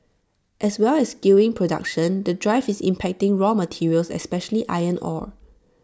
as well as skewing production the drive is impacting raw materials especially iron ore